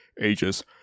ages